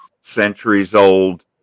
centuries-old